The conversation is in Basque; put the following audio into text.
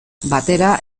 batera